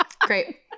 Great